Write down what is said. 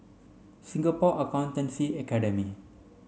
Singapore Accountancy Academy